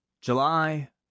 July